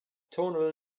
tonal